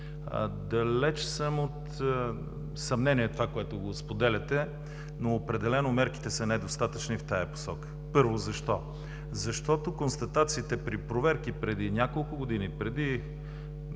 Далеч съм от съмнение – това, което споделяте, но определено мерките са недостатъчни в тази посока. Защо? Първо, защото констатациите при проверки преди няколко години, преди